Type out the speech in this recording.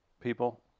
people